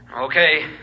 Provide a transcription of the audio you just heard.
Okay